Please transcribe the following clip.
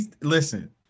Listen